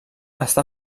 està